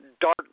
Dark